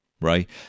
right